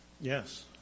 Yes